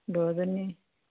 দহজনী